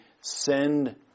send